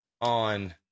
on